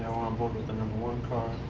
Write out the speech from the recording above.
the number one car